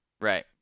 Right